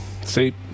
See